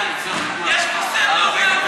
ההצעה להעביר את